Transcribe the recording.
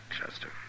Chester